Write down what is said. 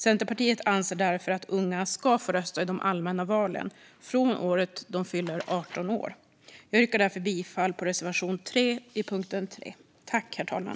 Centerpartiet anser därför att unga ska få rösta i de allmänna valen från året de fyller 18 år. Jag yrkar därför bifall till reservation 3 under punkt 3.